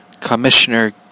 Commissioner